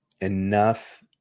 enough